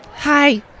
Hi